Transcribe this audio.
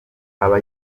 aba